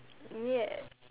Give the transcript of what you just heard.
ya